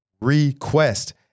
Request